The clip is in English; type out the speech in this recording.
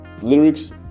Lyrics